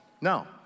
No